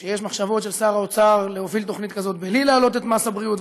שיש מחשבות של שר האוצר להוביל תוכנית כזאת בלי להעלות את מס הבריאות,